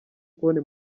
konti